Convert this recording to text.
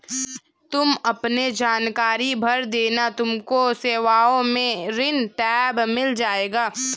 तुम अपने जानकारी भर देना तुमको सेवाओं में ऋण टैब मिल जाएगा